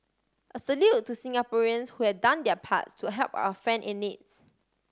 a salute to Singaporeans who had done their parts to help our friend in needs